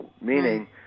meaning